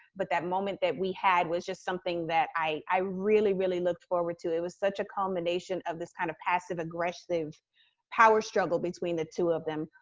but that moment that we had was just something that i really, really look forward to. it was such a culmination of this kind of passive-aggressive power struggle between the two of them.